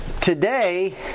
today